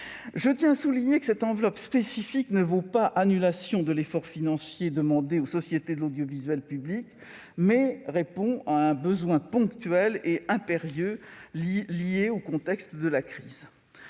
Je tiens à souligner que cette enveloppe spécifique ne vaut pas annulation de l'effort financier demandé aux sociétés de l'audiovisuel public, mais elle répond à un besoin ponctuel et impérieux lié au contexte de la crise.